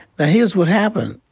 ah here's what happened.